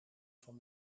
van